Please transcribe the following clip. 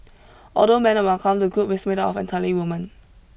although men are welcome the group is made up of entirely women